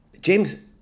James